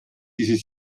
dieses